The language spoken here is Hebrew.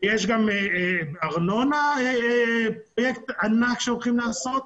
יש גם בארנונה פרויקט ענק שהולכים לעשות,